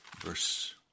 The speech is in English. Verse